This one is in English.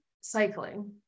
cycling